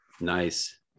nice